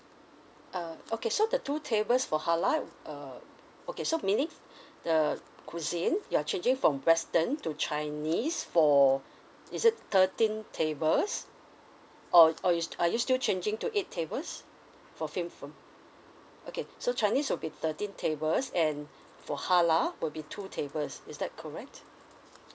uh okay so the two tables for halal uh okay so meaning the cuisine you're changing from western to chinese for is it thirteen tables or or you are you still changing to eight tables for okay so chinese will be thirteen tables and for halal will be two tables is that correct